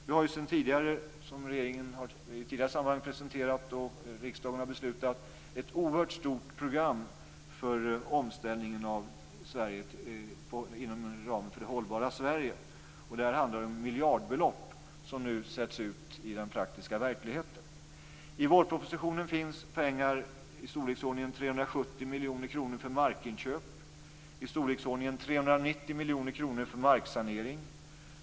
Vi har sedan tidigare, som regeringen i ett tidigare sammanhang presenterat och som riksdagen beslutat om, ett oerhört stort program för omställningen av Sverige inom ramen för det hållbara Sverige. Det handlar om miljardbelopp som nu sätts ut i den praktiska verkligheten. I vårpropositionen finns pengar i storleksordningen 370 miljoner kronor för markinköp, i storleksordningen 390 miljoner kronor för marksanering.